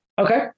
Okay